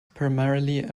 primarily